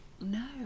No